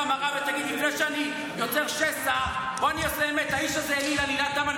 תגן על החיילים, על הילדים שלי.